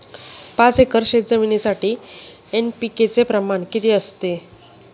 पाच एकर शेतजमिनीसाठी एन.पी.के चे प्रमाण किती असते?